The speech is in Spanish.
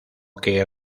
que